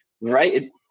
right